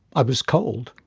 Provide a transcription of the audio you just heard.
i was cold,